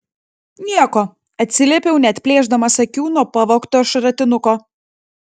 nieko atsiliepiau neatplėšdamas akių nuo pavogto šratinuko